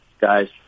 guys